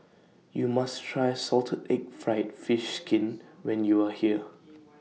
YOU must Try Salted Egg Fried Fish Skin when YOU Are here